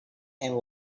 and